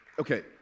okay